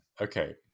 Okay